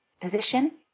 position